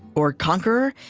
or conqueror,